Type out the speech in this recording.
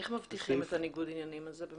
איך מבטיחים באמת את ניגוד העניינים הזה?